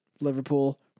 Liverpool